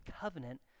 covenant